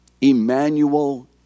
Emmanuel